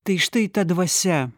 tai štai ta dvasia